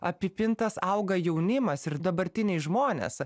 apipintas auga jaunimas ir dabartiniai žmonės